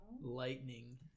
Lightning